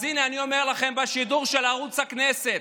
אז הינה, אני אומר לכם בשידור של ערוץ הכנסת: